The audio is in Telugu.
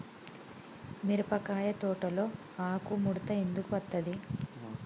మిరపకాయ తోటలో ఆకు ముడత ఎందుకు అత్తది?